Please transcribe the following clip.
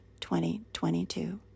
2022